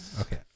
okay